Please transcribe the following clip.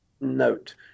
note